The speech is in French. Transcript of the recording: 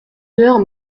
heures